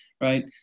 right